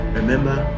remember